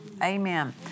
Amen